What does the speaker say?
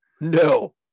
No